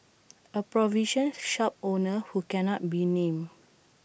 A provision shop owner who cannot be named